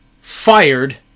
fired